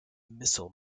missile